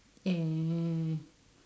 and